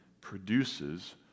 produces